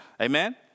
Amen